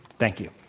thank you,